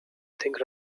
think